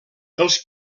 els